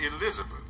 Elizabeth